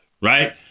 Right